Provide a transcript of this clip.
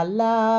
la